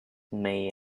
may